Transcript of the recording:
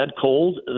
cold